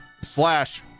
slash